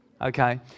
Okay